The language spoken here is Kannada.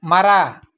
ಮರ